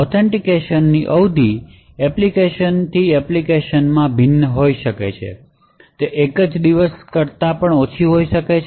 ઓથેન્ટિકેશનની અવધિ એપ્લિકેશનથી એપ્લિકેશનમાં ભિન્ન હોઇ શકે છે તે એક જ દિવસ કરતાં પણ ઘણી ઓછી હોઇ શકે છે